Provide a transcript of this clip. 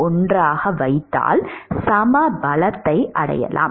1 ஆக வைத்தால் சம பலத்தை அடையலாம்